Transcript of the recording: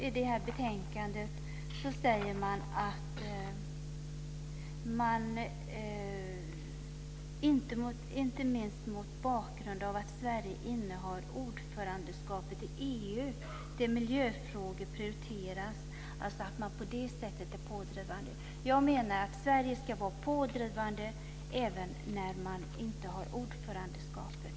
I detta betänkande säger man att man inte minst mot bakgrund av att Sverige innehar ordförandeskapet i EU, där miljöfrågor prioriteras, är pådrivande. Jag menar att Sverige ska vara pådrivande även när man inte innehar ordförandeskapet.